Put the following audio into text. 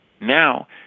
Now